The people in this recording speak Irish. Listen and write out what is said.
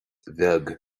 bheag